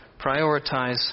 Prioritize